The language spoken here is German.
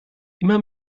immer